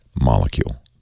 molecule